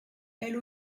elle